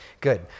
Good